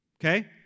Okay